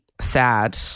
Sad